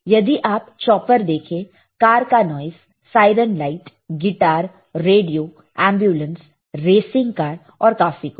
यदि आप चॉपर देखें कार का noise siren light guitar radio ambulance racing car और काफी कुछ